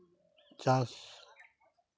ᱪᱟᱥ